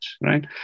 right